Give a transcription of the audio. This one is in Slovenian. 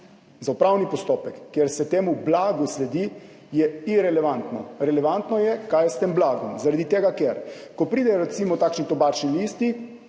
za upravni postopek, kjer se temu blagu sledi, irelevantno. Relevantno je, kaj je s tem blagom, zaradi tega, ker ko pridejo recimo takšni tobačni listi,